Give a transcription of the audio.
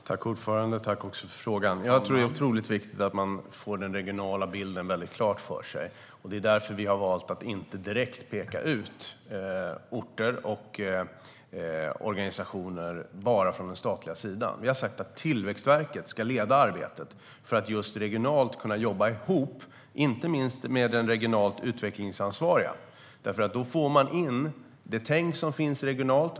Herr talman! Tack för frågan! Jag tror att det är otroligt viktigt att man får den regionala bilden klar för sig. Det är därför vi har valt att inte direkt peka ut orter och organisationer bara från den statliga sidan. Vi har sagt att Tillväxtverket ska leda arbetet för att just regionalt kunna jobba ihop, inte minst med den regionalt utvecklingsansvariga. Då får man in det tänk som finns regionalt.